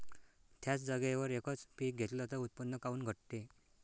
थ्याच जागेवर यकच पीक घेतलं त उत्पन्न काऊन घटते?